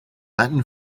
latin